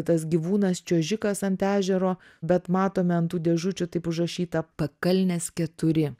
tas gyvūnas čiuožikas ant ežero bet matome ant tų dėžučių taip užrašyta pakalnės keturi